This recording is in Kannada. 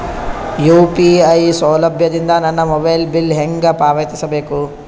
ಯು.ಪಿ.ಐ ಸೌಲಭ್ಯ ಇಂದ ನನ್ನ ಮೊಬೈಲ್ ಬಿಲ್ ಹೆಂಗ್ ಪಾವತಿಸ ಬೇಕು?